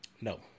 No